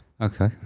Okay